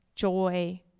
joy